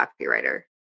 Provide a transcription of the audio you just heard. copywriter